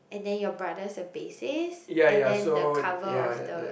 and then your brother is a basis and then the cover of the